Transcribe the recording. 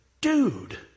dude